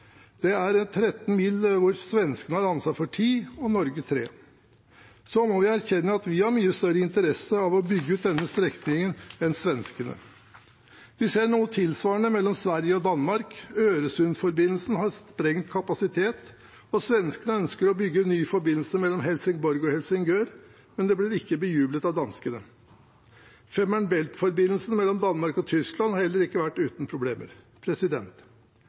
er det 13 mil hvor svenskene har ansvar for 10 mil og Norge for 3 mil, og vi må erkjenne at vi har mye større interesse av å bygge ut denne strekningen enn svenskene. Vi ser noe tilsvarende mellom Sverige og Danmark. Øresund-forbindelsen har sprengt kapasitet, og svenskene ønsker å bygge en ny forbindelse mellom Helsingborg og Helsingør, men det blir ikke bejublet av danskene. Femern Bælt-forbindelsen mellom Danmark og Tyskland har heller ikke vært uten problemer.